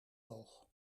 oog